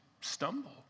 stumble